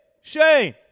Shane